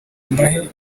mbahe